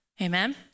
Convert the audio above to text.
amen